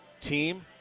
team